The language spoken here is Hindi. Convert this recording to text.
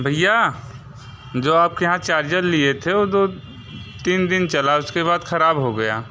भैया जो आप के यहाँ चार्जर लिए थे वो दो तीन दिन चला उसके बाद ख़राब हो गया